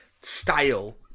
style